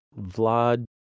Vlad